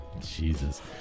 Jesus